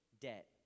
debt